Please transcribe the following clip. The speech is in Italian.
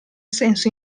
senso